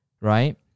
right